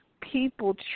people